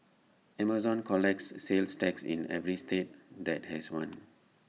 Amazon collects sales tax in every state that has one